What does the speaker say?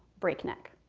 breakneck.